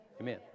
Amen